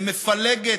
למפלגת,